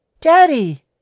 Daddy